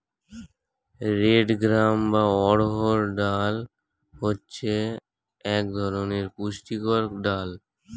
red gram বা অড়হর ডাল হচ্ছে এক ধরনের পুষ্টিকর ডাল